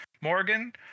morgan